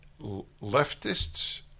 leftists